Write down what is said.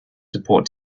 support